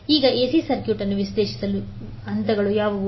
ಈಗ AC circuit ಅನ್ನು ವಿಶ್ಲೇಷಿಸುವ ಹಂತಗಳು ಯಾವುವು